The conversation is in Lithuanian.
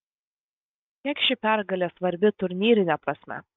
kiek ši pergalė svarbi turnyrine prasme